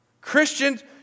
Christians